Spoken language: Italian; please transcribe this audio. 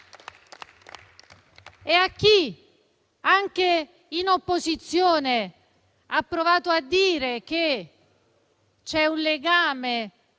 E a chi, anche in opposizione, ha provato a dire che c'è un legame